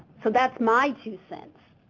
so, that's my two cents.